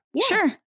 sure